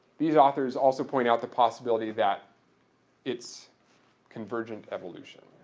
these authors also point out the possibility that it's convergent evolution.